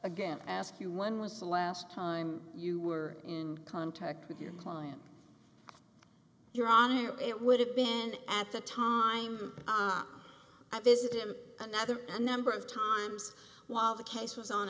again ask you one was the last time you were in contact with your client your honor it would have been at the time i visited him another number of times while the case was on